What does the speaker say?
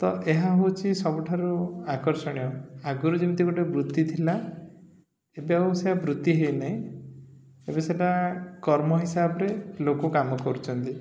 ତ ଏହା ହେଉଛି ସବୁଠାରୁ ଆକର୍ଷଣୀୟ ଆଗରୁ ଯେମିତି ଗୋଟେ ବୃତ୍ତି ଥିଲା ଏବେ ଆଉ ସେ ବୃତ୍ତି ହେଇନାହିଁ ଏବେ ସେଟା କର୍ମ ହିସାବରେ ଲୋକ କାମ କରୁଛନ୍ତି